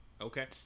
Okay